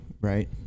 right